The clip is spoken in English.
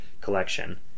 collection